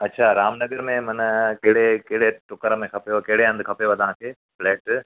अच्छा रामनगर में माना कहिड़े कहिड़े टुकर में खपेव केड़े हंधु खपेव तव्हांखे फ्लैट